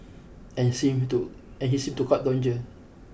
and he seemed to and he seemed to court danger